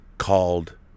called